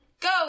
Go